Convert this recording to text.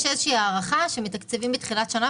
יש איזושהי הערה שמתקצבים מתחילת שנה.